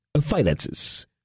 Finances